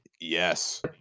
yes